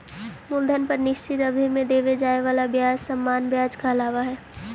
मूलधन पर निश्चित अवधि में देवे जाए वाला ब्याज सामान्य व्याज कहलावऽ हई